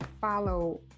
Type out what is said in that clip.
Follow